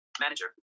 Manager